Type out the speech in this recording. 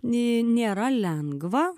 nei nėra lengva